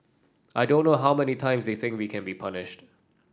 I don't know how many times they think we can be punished